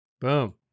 Boom